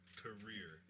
career